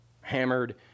hammered